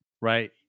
right